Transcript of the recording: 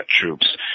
troops